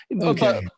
Okay